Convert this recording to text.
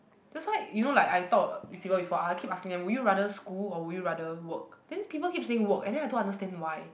that's why you know like I talk with people before I keep asking them would you rather school or would you rather work then people keep saying work and then I don't understand why